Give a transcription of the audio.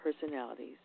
personalities